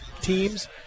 teams